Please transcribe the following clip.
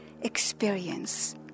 experience